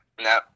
no